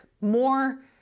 more